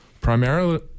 primarily